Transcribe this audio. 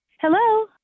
Hello